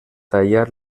tallar